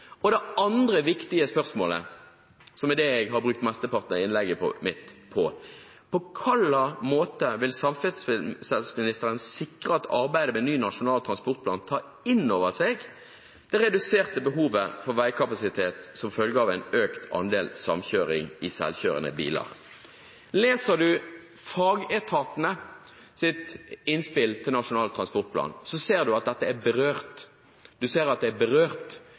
avklart. Det andre viktige spørsmålet, som er det jeg har brukt mesteparten av innlegget mitt på, er: På hvilken måte vil samferdselsministeren sikre at arbeidet med ny nasjonal transportplan tar inn over seg det reduserte behovet for veikapasitet som følge av en økt andel samkjøring i selvkjørende biler? Leser man fagetatenes innspill til Nasjonal transportplan, ser man at dette er berørt, men det er